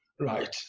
right